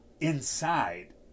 inside